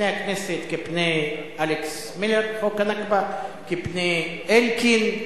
פני הכנסת כפני אלכס מילר, חוק הנכבה כפני אלקין,